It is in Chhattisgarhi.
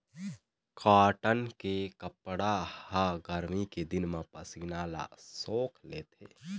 कॉटन के कपड़ा ह गरमी के दिन म पसीना ल सोख लेथे